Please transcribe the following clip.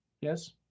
yes